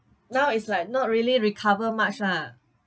now is like not really recover much lah